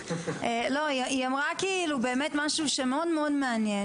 לא, היא אמרה כאילו משהו מאוד מאוד מעניין.